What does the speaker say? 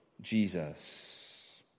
Jesus